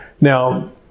Now